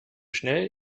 schnell